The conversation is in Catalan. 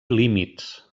límits